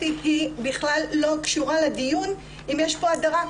היא בכלל לא קשורה לדיון אם יש פה הדרה.